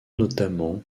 notamment